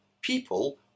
people